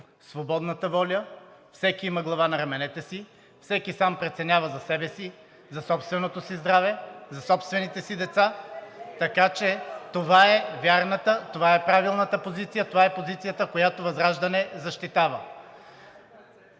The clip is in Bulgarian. от ГЕРБ-СДС) всеки има глава на раменете си, всеки сам преценява за себе си, за собственото си здраве, за собствените си деца, така че това е вярната, правилната позиция, това е позицията, която ВЪЗРАЖДАНЕ защитава.